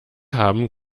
haben